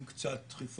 עם קצת דחיפות,